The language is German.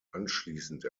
anschließend